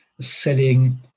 selling